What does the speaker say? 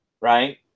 right